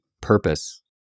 purpose